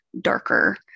darker